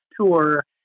tour